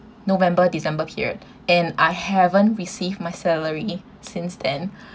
november december period and I haven't receive my salary since then